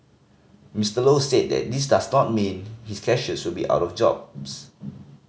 Mister Low said that this does not mean his cashiers will be out of jobs